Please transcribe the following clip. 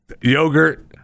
yogurt